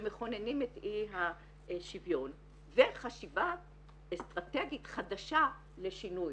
שמכוננים את אי השוויון וחשיבה אסטרטגית חדשה לשינוי,